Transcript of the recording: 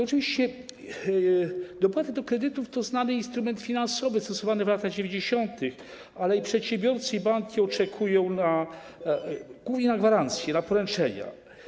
Oczywiście dopłaty do kredytów to znany instrument finansowy stosowany w latach 90., ale i przedsiębiorcy, i banki oczekują głównie na gwarancje, na poręczenia.